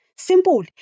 simple